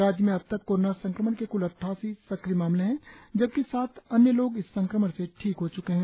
राज्य में अबतक कोरोना संक्रमण के क्ल अट्टासी सक्रिय मामले हैं जबकि सात अन्य लोग इस संक्रमण से ठीक हो चुके हैं